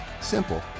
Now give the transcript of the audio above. simple